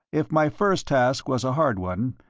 if my first task was a hard one,